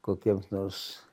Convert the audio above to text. kokiems nors